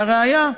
והראיה,